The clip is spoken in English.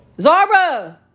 zara